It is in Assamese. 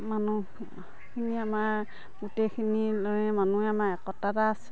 মানুহখিনি আমাৰ গোটেইখিনি লৈয়ে মানুহ আমাৰ একতা এটা আছে